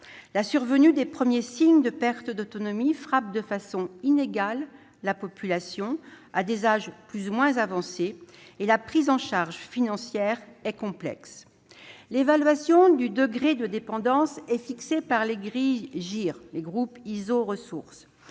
La survenue des premiers signes de perte d'autonomie frappe la population de façon inégale, à des âges plus ou moins avancés. La prise en charge financière est complexe : l'évaluation du degré de dépendance est fixée par les grilles GIR- les groupes iso-ressources.